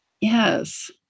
Yes